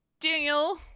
Daniel